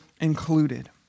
included